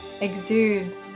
exude